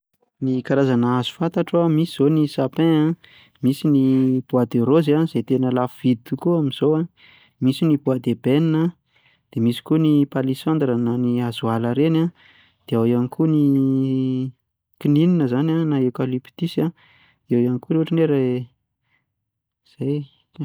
Ny karazana hazo fantako an, misy izao ny sapin an, misy ny bois de rose, izay tena lafo vidy tokoa amin'izao an, misy ny bois d'eben an, dia misy koa ny palisandra na ny hazoala ireny an, dia ao ihany koa ny kininina izany an na eukalyptus an, dia eo ihany koa ohatra hoe, izay.